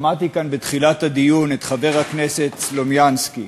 שמעתי כאן בתחילת הדיון את חבר הכנסת סלומינסקי